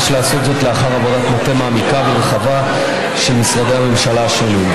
יש לעשות זאת לאחר עבודת מטה מעמיקה ורחבה של משרדי הממשלה השונים.